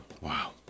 Wow